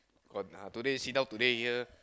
got uh today sit down today here